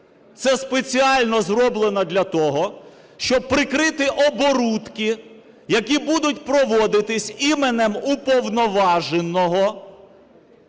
Це спеціально зроблено для того, щоб прикрити оборудки, які будуть проводитись іменем уповноваженого.